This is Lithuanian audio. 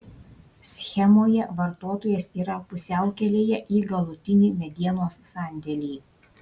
schemoje vartotojas yra pusiaukelėje į galutinį medienos sandėlį